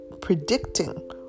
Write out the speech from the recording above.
predicting